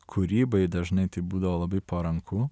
kūrybai dažnai tai būdavo labai paranku